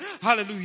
Hallelujah